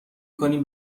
کنیم